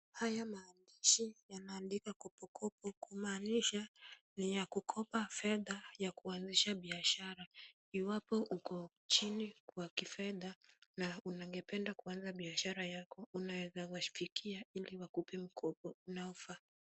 Haya maandishi yaaandikwa Kopo kopo kumaanisha ni ya kukopa fedha ya kuanzisha biashara. Iwapo uko chini kwa kifedha na ungependa kuanza biashara yako unaweza wafikia ili wakupee mkopo unaofaa.